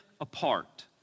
apart